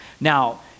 Now